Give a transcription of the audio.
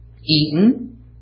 eaten